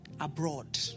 Abroad